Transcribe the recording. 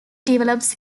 develops